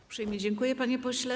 Uprzejmie dziękuję, panie pośle.